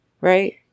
right